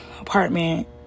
apartment